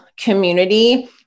community